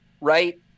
right